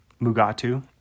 Mugatu